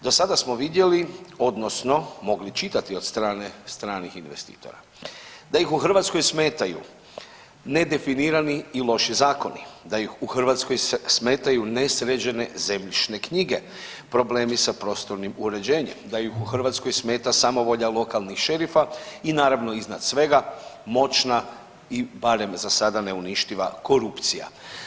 Do sada smo vidjeli odnosno mogli čitati od strane stranih investitora da ih u Hrvatskoj smetaju ne definirani i loši zakoni, da ih u Hrvatskoj smetaju ne sređene zemljišne knjige, problemi sa prostornim uređenjem, da ih u Hrvatskoj smeta samovolja lokalnih šerifa i naravno iznad svega moćna i barem za sada neuništiva korupcija.